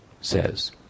says